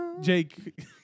Jake